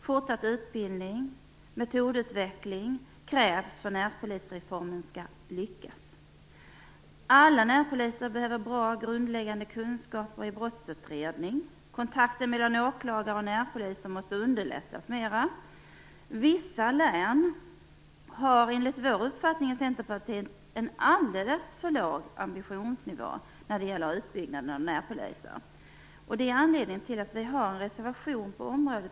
Fortsatt utbildning och metodutveckling krävs om närpolisreformen skall lyckas. Alla närpoliser behöver bra, grundläggande kunskaper i brottsutredning. Kontakten mellan åklagare och närpoliser måste underlättas mer. Vissa län har enligt Centerpartiets uppfattning en alldeles för låg ambitionsnivå när det gäller utbyggnaden av närpolisen. Det är anledningen till att vi har en reservation på området.